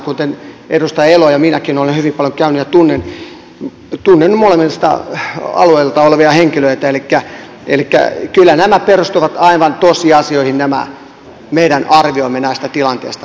edustaja elo ja minäkin olemme hyvin paljon käyneet ja tunnen molemmilta alueilta olevia henkilöitä elikkä kyllä nämä meidän arviomme näistä tilanteista perustuvat aivan tosiasioihin